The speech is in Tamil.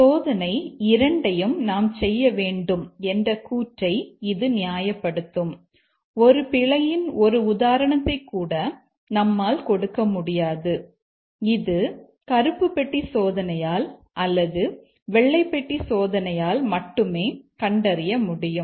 சோதனை இரண்டையும் நாம் செய்ய வேண்டும் என்ற கூற்றை இது நியாயப்படுத்தும் ஒரு பிழையின் ஒரு உதாரணத்தை கூட நம்மால் கொடுக்க முடியாது இது கருப்பு பெட்டி சோதனையால் அல்ல வெள்ளை பெட்டி சோதனையால் மட்டுமே கண்டறிய முடியும்